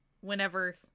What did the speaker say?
whenever